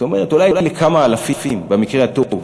זאת אומרת אולי לכמה אלפים במקרה הטוב.